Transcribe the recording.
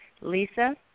Lisa